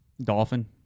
Dolphin